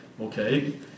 Okay